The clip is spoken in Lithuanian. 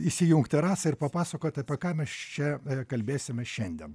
įsijungti rasą ir papasakot apie ką mes čia kalbėsime šiandien